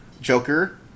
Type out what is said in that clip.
Joker